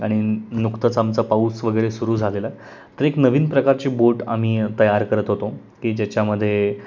आणि नुकतच आमचा पाऊस वगैरे सुरू झालेला तर एक नवीन प्रकारची बोट आम्ही तयार करत होतो की ज्याच्यामध्ये